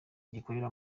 gikorera